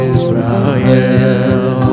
Israel